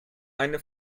eine